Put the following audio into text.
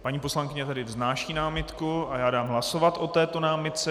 Paní poslankyně tedy vznáší námitku a já dám hlasovat o této námitce.